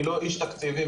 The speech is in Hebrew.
אני לא איש תקציבים,